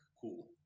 cool